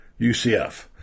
UCF